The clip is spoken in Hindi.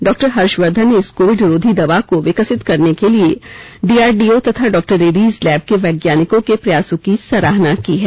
डॉक्टर हर्षवर्धन ने इस कोविड रोधी दवा को विकसित करने के लिए डीआरडीओ तथा डॉक्टर रेड्डीज लैब के वैज्ञानिकों के प्रयासों की सराहना की है